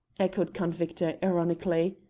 echoed count victor ironically.